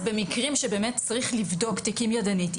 אז במקרים שצריך לבדוק תיקים ידנית,